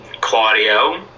Claudio